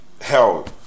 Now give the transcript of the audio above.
hell